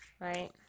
right